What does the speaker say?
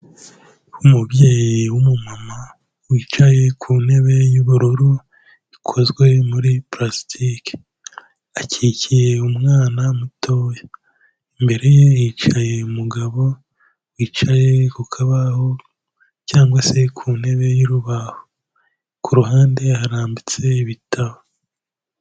Umubyeyi w'umumama wicaye ku ntebe y'ubururu ikozwe muri pulasitike, akikiye umwana mutoya, imbere ye hicaye umugabo wicaye ku kabaho cyangwa se ku ntebe y'urubaho, ku ruhande harambitse ibitabo.